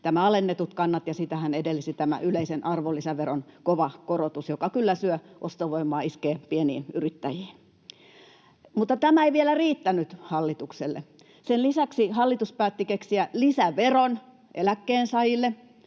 nämä alennetut kannat, ja sitähän edelsi tämä yleisen arvonlisäveron kova korotus, joka kyllä syö ostovoimaa ja iskee pieniin yrittäjiin. Mutta tämä ei vielä riittänyt hallitukselle. Sen lisäksi hallitus päätti keksiä lisäveron eläkkeensaajille,